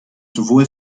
sowohl